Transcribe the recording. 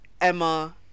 Emma